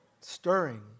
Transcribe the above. stirring